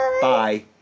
Bye